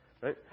right